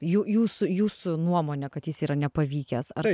jū jūsų jūsų nuomone kad jis yra nepavykęs ar